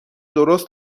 درست